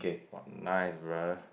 nice brother